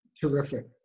Terrific